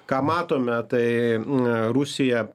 ką matome tai rusija